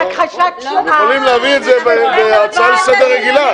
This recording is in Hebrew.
לכן לא ראינו לנכון לאשר את ההצעות האלה השבוע.